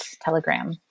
Telegram